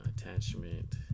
attachment